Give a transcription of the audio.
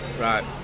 Right